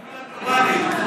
תמונה גלובלית.